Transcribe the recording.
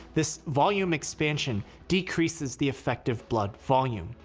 this volume expansion decreases the effective blood volume.